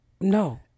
No